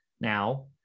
Now